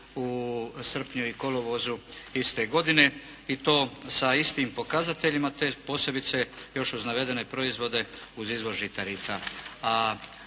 u srpnju i kolovozu iste godine i to sa istim pokazateljima, te posebice još uz navedene proizvode uz izvoz žitarica.